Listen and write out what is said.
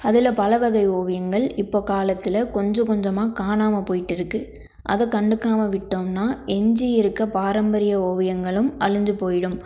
அதில் பலவகை ஓவியங்கள் இப்போது காலத்தில் கொஞ்ச கொஞ்சமாக காணாமல் போயிட்டுருக்குது அதை கண்டுக்காமல் விட்டோம்னா எஞ்சியிருக்கற பாரம்பரிய ஓவியங்களும் அழிஞ்சு போயிடும்